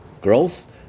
growth